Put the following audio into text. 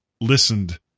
listened